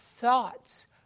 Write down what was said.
thoughts